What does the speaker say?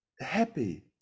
happy